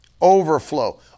overflow